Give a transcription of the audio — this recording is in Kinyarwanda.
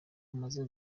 amaze